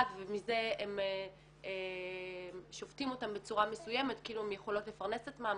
ומזה שופטים אותן בצורה מסוימת כאילו הן יכולות לפרנס את עצמן,